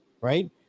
right